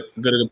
good